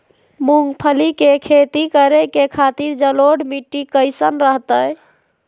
मूंगफली के खेती करें के खातिर जलोढ़ मिट्टी कईसन रहतय?